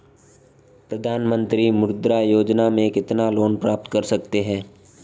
प्रधानमंत्री मुद्रा योजना में कितना लोंन प्राप्त कर सकते हैं?